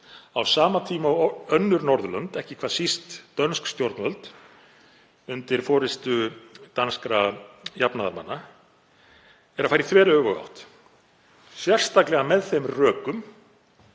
á sama tíma og önnur Norðurlönd, ekki hvað síst dönsk stjórnvöld undir forystu danskra jafnaðarmanna, eru að fara í þveröfuga átt, sérstaklega með þeim rökum